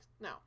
no